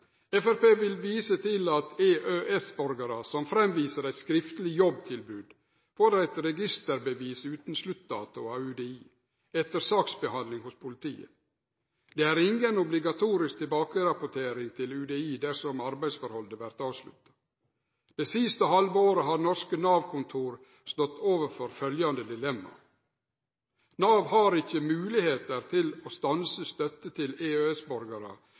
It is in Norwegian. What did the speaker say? vil vise til at EØS-borgarar som viser fram eit skriftleg jobbtilbod, får eit registreringsbevis utan sluttdato av UDI etter saksbehandling hos politiet. Det er inga obligatorisk tilbakerapportering til UDI dersom arbeidsforholdet vert avslutta. Det siste halve året har norske Nav-kontor stått overfor følgjande dilemma: Nav har ikkje moglegheiter til å stanse stønad til